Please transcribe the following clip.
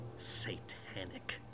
Satanic